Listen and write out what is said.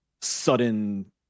sudden